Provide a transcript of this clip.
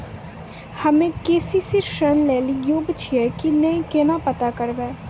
हम्मे के.सी.सी ऋण लेली योग्य छियै की नैय केना पता करबै?